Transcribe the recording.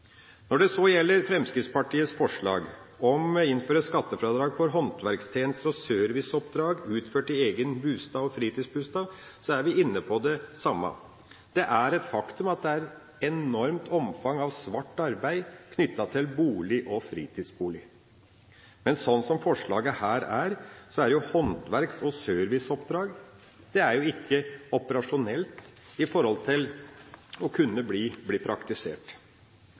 Når det gjelder Fremskrittspartiets forslag om å innføre skattefradrag for håndverkstjenester og serviceoppdrag utført i egen bolig og fritidsbolig, er vi inne på det samme. Det er et faktum at det er et enormt omfang av svart arbeid knyttet til bolig og fritidsbolig. Men sånn som forslaget her er, er ikke håndverks- og serviceoppdrag operasjonelt for å kunne bli praktisert. Jeg vil bruke mine siste minutter til